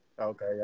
Okay